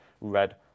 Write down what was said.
red